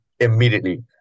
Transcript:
Immediately